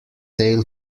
tail